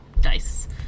dice